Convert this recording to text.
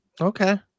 Okay